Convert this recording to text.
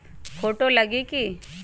Photo लगी कि?